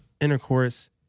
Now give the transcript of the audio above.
intercourse